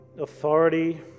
authority